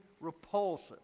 repulsive